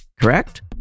correct